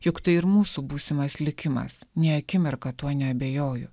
juk tai ir mūsų būsimas likimas nė akimirką tuo neabejoju